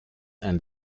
and